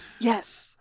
yes